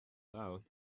loud